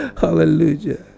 Hallelujah